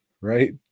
right